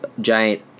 giant